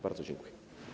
Bardzo dziękuję.